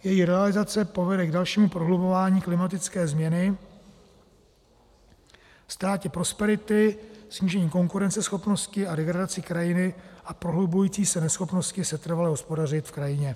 Její realizace povede k dalšímu prohlubování klimatické změny, ztrátě prosperity, snížení konkurenceschopnosti a degradaci krajiny a k prohlubující se neschopnosti setrvale hospodařit v krajině.